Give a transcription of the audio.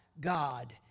god